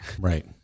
Right